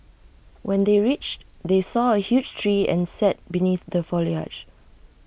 when they reached they saw A huge tree and sat beneath the foliage